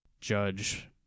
judge